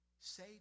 Say